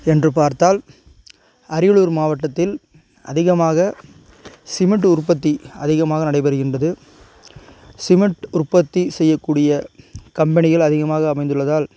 என்று பார்த்தால் அரியலூர் மாவட்டத்தில் அதிகமாக சிமெண்ட் உற்பத்தி அதிகமாக நடைபெறுகின்றது சிமெண்ட் உற்பத்தி செய்யக்கூடிய கம்பெனிகள் அதிகமாக அமைந்துள்ளதால்